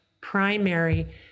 primary